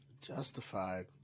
Justified